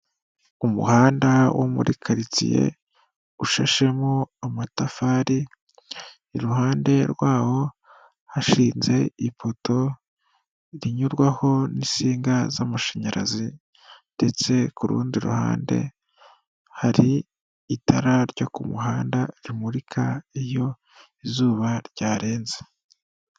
Umuhanda wo muri karitsiye ushashemo amatafari iruhande rwawo hashinze ipoto rinyurwaho n'isinga z'amashanyarazi ndetse ku rundi ruhande hari itara ryo ku muhanda rimurika iyo izuba ryarenze.